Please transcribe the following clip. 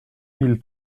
mille